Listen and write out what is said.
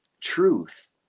truth